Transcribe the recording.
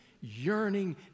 yearning